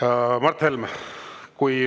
saa. Mart Helme,